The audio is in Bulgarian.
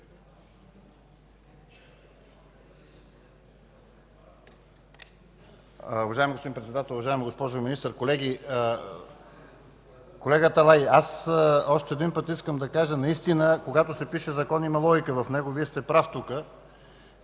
Вие сте прав тук.